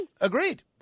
Agreed